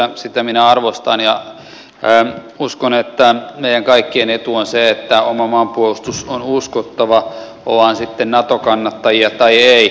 sitä minä arvostan ja uskon että meidän kaikkien etu on se että oma maanpuolustus on uskottava ollaan sitten nato kannattajia tai ei